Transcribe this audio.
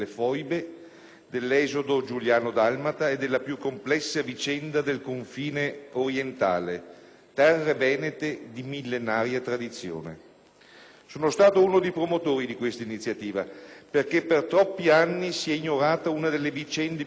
dell'esodo giuliano-dalmata e della più complessa vicenda del confine orientale, terre venete di millenaria tradizione. Sono stato uno dei promotori di questa iniziativa, perché per troppi anni si è ignorata una delle vicende più tristi